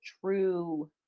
true